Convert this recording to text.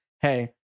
hey